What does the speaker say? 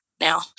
now